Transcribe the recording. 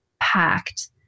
packed